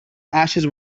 ashes